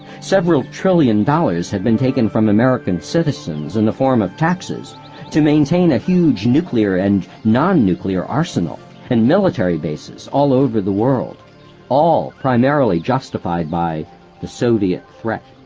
several trillion dollars had been taken from american citizens in the form of taxes to maintain a huge nuclear and nonnuclear arsenal and military bases all over the world all primarily justified by the soviet threat.